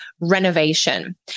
renovation